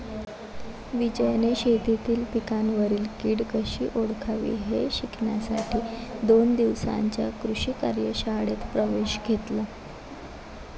विजयने शेतीतील पिकांवरील कीड कशी ओळखावी हे शिकण्यासाठी दोन दिवसांच्या कृषी कार्यशाळेत प्रवेश घेतला